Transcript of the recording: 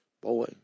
Boy